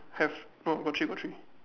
have no got three got three